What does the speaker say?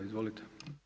Izvolite.